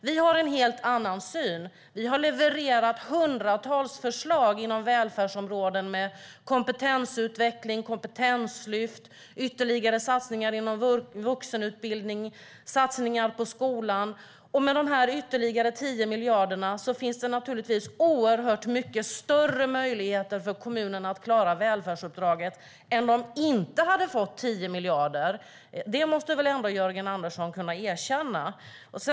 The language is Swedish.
Vi har en helt annan syn. Vi har levererat hundratals förslag inom välfärdsområden med kompetensutveckling, kompetenslyft, ytterligare satsningar inom vuxenutbildning och satsningar på skolan. Med de ytterligare 10 miljarderna finns det naturligtvis oerhört mycket större möjligheter för kommunerna att klara välfärdsuppdraget än om de inte hade fått 10 miljarder. Det måste väl ändå Jörgen Andersson kunna erkänna.